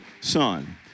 son